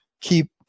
keep